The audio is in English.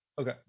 Okay